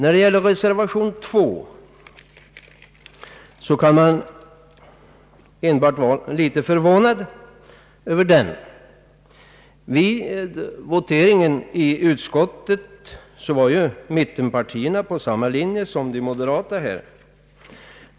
Beträffande reservationen 2 kan man enbart vara litet förvånad, Vid voteringen i utskottet var mittenpartiernas ledamöter på samma linje som de moderata.